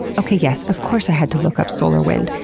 okay, yes, of course i had to look up solar wind.